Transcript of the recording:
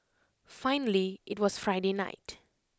finally IT was Friday night